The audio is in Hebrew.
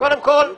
קודם כל,